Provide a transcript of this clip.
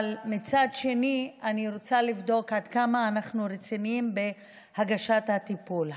אבל מצד שני אני רוצה לבדוק עד כמה אנחנו רציניים בהגשת הטיפול.